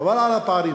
אבל אגיד רק על הפערים.